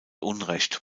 unrecht